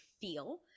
feel